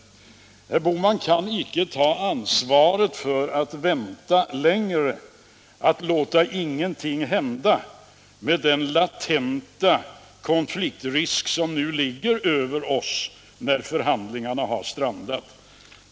Herr Bohman kan inte ta ansvaret — genom att vänta längre och låta ingenting hända — för den latenta konfliktrisk som nu ligger över oss när förhandlingarna har strandat.